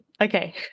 Okay